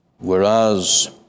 whereas